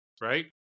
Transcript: right